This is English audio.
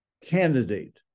candidate